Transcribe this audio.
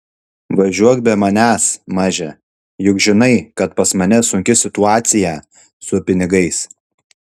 važiuok be manęs maže juk žinai kad pas mane sunki situaciją su pinigais